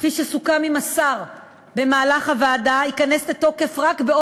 כפי שסוכם עם השר במהלך דיוני הוועדה,